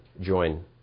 join